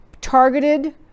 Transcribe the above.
targeted